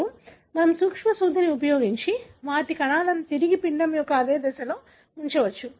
ఇప్పుడు మనం సూక్ష్మ సూదిని ఉపయోగించి వారి కణాలను తిరిగి పిండం యొక్క అదే దశలో ఉంచవచ్చు